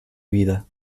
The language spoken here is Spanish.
vida